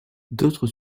d’autres